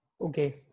Okay